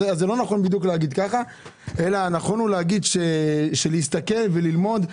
אז לא נכון לומר ככה אלא נכון לומר שלהסתכל וללמוד.